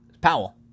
Powell